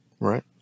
Right